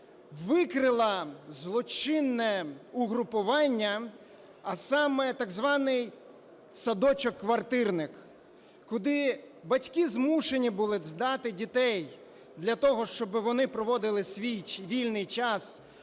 викрила злочинне угрупування, а саме: так званий садочок-квартирник, куди батьки змушені були здати дітей для того, щоб вони проводили свій вільний час